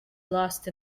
lost